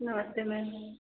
नमस्ते मैम